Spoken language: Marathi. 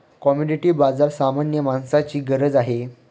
कमॉडिटी बाजार सामान्य माणसाची गरज आहे